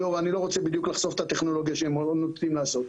אני לא רוצה לחשוף את הטכנולוגיה שהם עומדים לעשות.